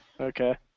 Okay